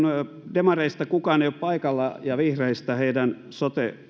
demareista kukaan ei ole paikalla ja vihreistä heidän sote